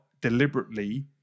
deliberately